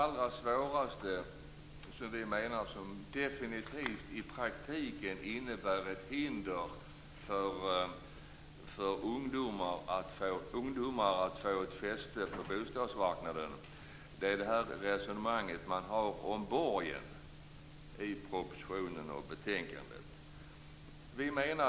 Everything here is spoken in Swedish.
Vi menar att det som definitivt i praktiken innebär ett hinder för ungdomar att få fäste på bostadsmarknaden, det som gör det absolut svårast, är det resonemang om borgen som förs i propositionen och betänkandet.